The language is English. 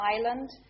Island